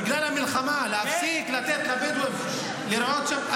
בגלל המלחמה להפסיק לתת לבדואים לרעות שם?